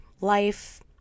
life